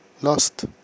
lost